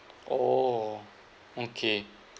oh okay